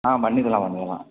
ஆ பண்ணிக்கலாம் பண்ணிக்கலாம்